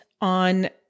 on